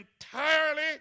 entirely